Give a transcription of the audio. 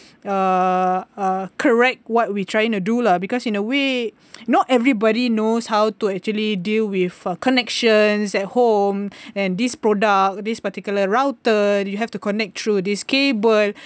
uh uh correct what we trying to do lah because in a way not everybody knows how to actually deal with connections at home and this product this particular router you have to connect through this cable